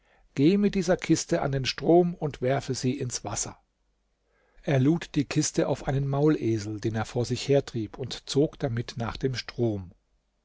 geh mit dieser kiste an den strom und werfe sie ins wasser er lud die kiste auf einen maulesel den er vor sich hertrieb und zog damit nach dem strom